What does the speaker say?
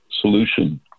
solution